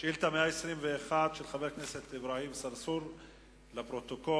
שאילתא 121 של חבר הכנסת אברהים צרצור, לפרוטוקול.